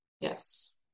Yes